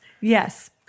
Yes